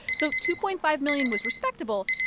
so two point five million was respectable.